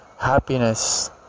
happiness